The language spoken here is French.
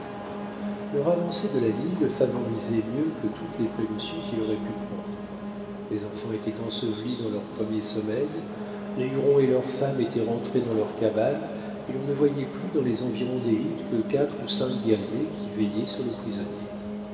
l'heure avancée de la nuit le favorisait mieux que toutes les précautions qu'il aurait pu prendre les enfants étaient ensevelis dans leur premier sommeil les hurons et leurs femmes étaient rentrés dans leurs cabanes et l'on ne voyait plus dans les environs des huttes que quatre ou cinq guerriers qui veillaient sur le prisonnier